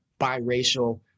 biracial